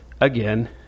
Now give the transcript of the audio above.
again